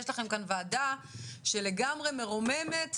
יש לכם כאן ועדה שלגמרי מרוממת,